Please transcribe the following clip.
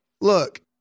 look